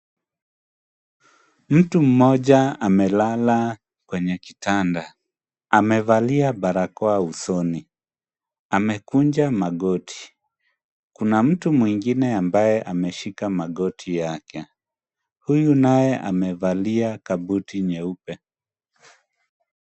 Mtu mmoja amelala kwenye kitanda amevalia barakoa usoni, amekunja magoti. Kuna mtu mwengine ambaye ameshika magoti yake, huyu naye amevalia kabuti nyeupe.